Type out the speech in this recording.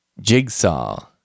Jigsaw